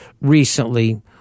recently